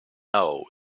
now